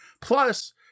plus